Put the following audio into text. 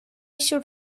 should